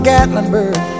Gatlinburg